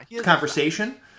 conversation